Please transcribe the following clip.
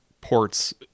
ports